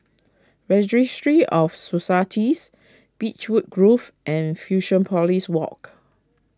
Registry of Societies Beechwood Grove and Fusionopolis Walk